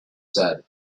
said